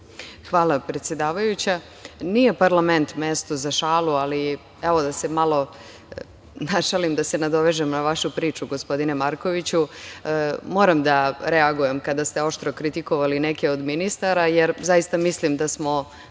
Hvala, predsedavajuća. Nije parlament mesto za šalu, ali evo, da se malo našalim, da se nadovežem na vašu priču, gospodine Markoviću. Moram da reagujem kada ste oštro kritikovali neke od ministara, jer zaista mislim da smo